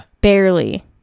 barely